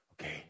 okay